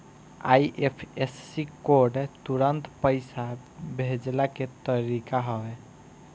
IFSC code तुरंत पईसा भेजला के तरीका हवे